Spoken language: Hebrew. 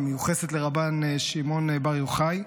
שמיוחסת לרבן שמעון בר יוחאי: